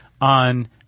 on